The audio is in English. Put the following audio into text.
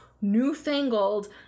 newfangled